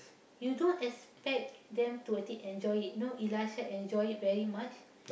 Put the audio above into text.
you don't expect them to actually enjoy it you know Elisha enjoy it very much